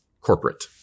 corporate